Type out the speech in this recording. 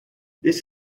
this